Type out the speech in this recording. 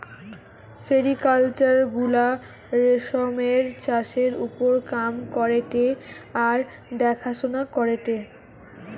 sericulture গুলা রেশমের চাষের ওপর কাম করেটে আর দেখাশোনা করেটে